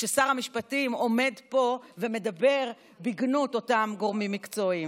כששר המשפטים עומד פה ומדבר בגנות אותם גורמים מקצועיים.